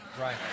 Right